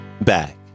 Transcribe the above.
back